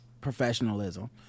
professionalism